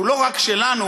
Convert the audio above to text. שהוא לא רק שלנו,